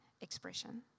expression